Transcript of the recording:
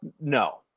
No